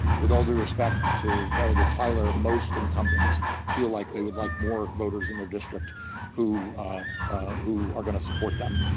with all due respect to delegate tyler, most incumbents feel like they would like more voters in their district who who are going to support them.